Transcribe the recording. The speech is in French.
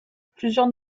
plusieurs